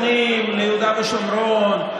יהודה ושומרון.